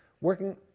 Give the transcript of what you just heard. Working